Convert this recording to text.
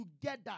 together